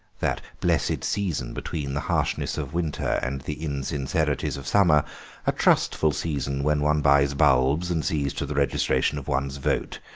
that blessed season between the harshness of winter and the insincerities of summer a trustful season when one buys bulbs and sees to the registration of one's vote,